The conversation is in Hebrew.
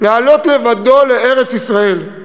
לעלות לבדו לארץ-ישראל,